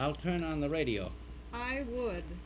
i'll turn on the radio would